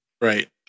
Right